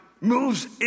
moves